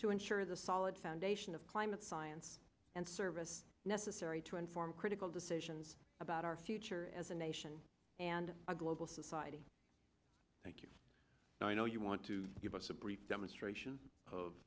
to ensure the solid foundation of climate science and service necessary to inform critical decisions about our future as a nation and a global society thank you and i know you want to give us a brief demonstration